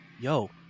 yo